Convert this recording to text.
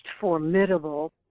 formidable